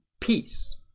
peace